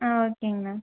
ஆ ஓகேங்கண்ணா